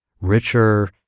richer